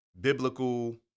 biblical